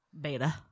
Beta